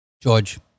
George